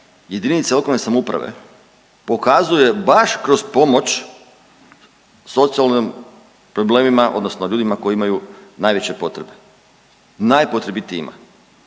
jedinice lokalne samouprave pokazuje baš kroz pomoć socijalnim problemima, odnosno ljudima koji imaju najveće potrebe. Najpotrebitijima.